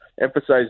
emphasize